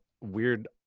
weird